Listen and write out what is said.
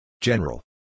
General